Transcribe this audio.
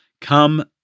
come